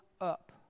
up